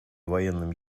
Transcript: военным